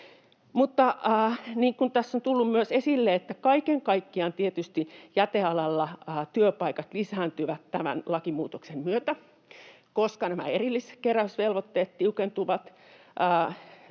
kaiken kaikkiaan jätealalla työpaikat tietysti lisääntyvät tämän lakimuutoksen myötä. Koska nämä erilliskeräysvelvoitteet tiukentuvat,